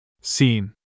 Seen